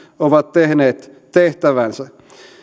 ovat tehneet tehtävänsä